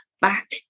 back